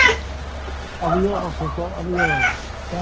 अबियौ ऑफिसपर अबियौ कए